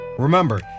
Remember